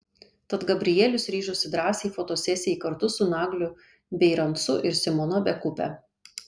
tad gabrielius ryžosi drąsiai fotosesijai kartu su nagliu bierancu ir simona bekupe